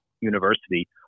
university